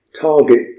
Target